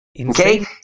okay